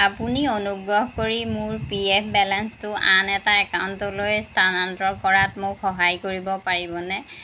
আপুনি অনুগ্ৰহ কৰি মোৰ পি এফ বেলেন্সটো আন এটা একাউণ্টলৈ স্থানান্তৰ কৰাত মোক সহায় কৰিব পাৰিবনে